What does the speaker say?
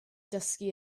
dysgu